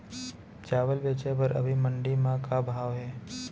चांवल बेचे बर अभी मंडी म का भाव हे?